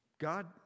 God